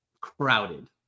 crowded